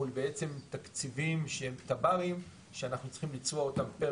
מול בעצם תקציבים שהם תב"רים שאנחנו צריכים לצבוע אותם פיר